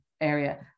area